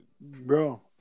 Bro